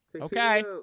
okay